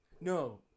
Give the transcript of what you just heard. No